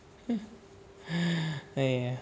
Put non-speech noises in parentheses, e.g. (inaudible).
(breath) !aiya!